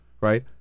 right